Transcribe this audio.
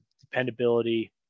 dependability